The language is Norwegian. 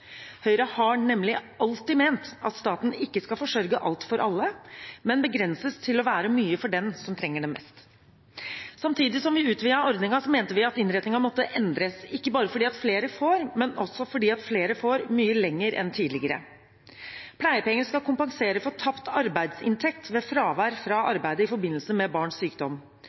Høyre har nemlig alltid ment at staten ikke skal sørge for alt for alle, men begrenses til å være mye for den som trenger det mest. Samtidig som vi utvidet ordningen, mente vi at innretningen måtte endres, ikke bare fordi flere får, men også fordi flere får være i ordningen mye lenger enn tidligere. Pleiepenger skal kompensere for tapt arbeidsinntekt ved fravær fra arbeidet i forbindelse med barns sykdom.